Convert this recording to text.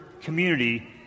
community